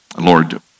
Lord